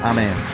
Amen